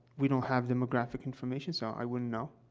we don't have demographic information, so i wouldn't know.